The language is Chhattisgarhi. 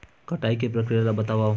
कटाई के प्रक्रिया ला बतावव?